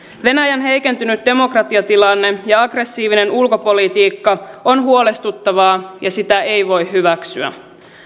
venäjän heikentynyt demokratiatilanne ja aggressiivinen ulkopolitiikka on huolestuttavaa ja sitä ei voi hyväksyä